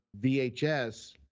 VHS